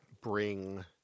bring